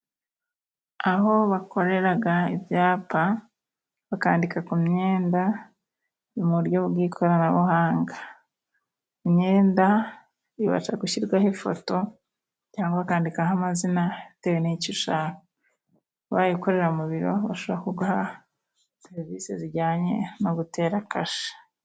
Aho bakoreraga ibyapa bakandika ku myenda muburyo bw'ikoranabuhanga imyenda ibasha gushirwaho ifoto cyangwa bakandikaho amazina bitewe nicyo ushaka wayikorera mu biro bashobora kuguha serivisi zijyanye no gutera kashe.